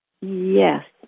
Yes